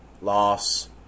loss